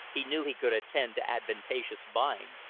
he knew he could attend to advantageous buying,